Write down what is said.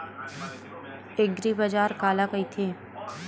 एग्रीबाजार काला कइथे?